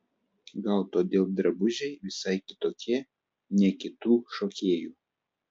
gal todėl drabužiai visai kitokie ne kitų šokėjų